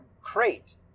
Crate